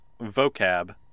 vocab